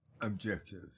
objective